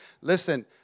listen